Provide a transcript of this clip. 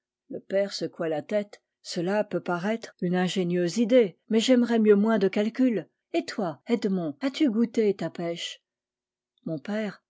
le père secoua la tète gela peut paraître une ingénieuse idée mais j'aimerais mieux moins de calcul et toi edmond as-tu goûté ta pêche mon père